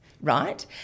right